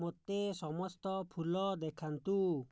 ମୋତେ ସମସ୍ତ ଫୁଲ ଦେଖାନ୍ତୁ